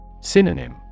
Synonym